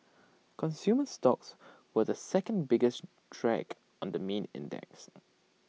consumer stocks were the second biggest drag on the main index